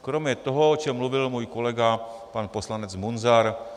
Kromě toho, o čem mluvil můj kolega pan poslanec Munzar.